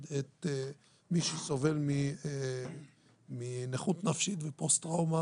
את מי שסובל מנכות נפשית ופוסט-טראומה,